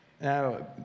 Now